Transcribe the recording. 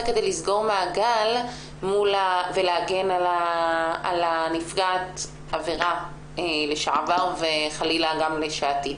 כדי לסגור מעגל ולהגן על נפגעת העבירה לשעבר וחלילה גם לעתיד.